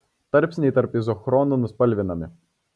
tarpsniai tarp izochronų nuspalvinami